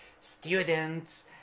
students